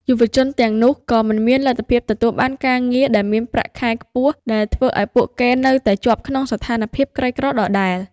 យុវជនទាំងនោះក៏មិនមានលទ្ធភាពទទួលបានការងារដែលមានប្រាក់ខែខ្ពស់ ដែលធ្វើឱ្យពួកគេនៅតែជាប់ក្នុងស្ថានភាពក្រីក្រដដែល។